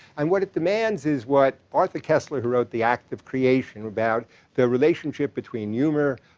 and what it demands is what arthur koestler, who wrote the act of creation about the relationship between humor,